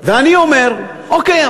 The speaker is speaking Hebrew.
ואני אומר, אוקיי.